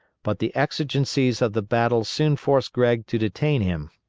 but the exigencies of the battle soon forced gregg to detain him.